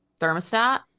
thermostat